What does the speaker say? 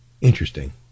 Interesting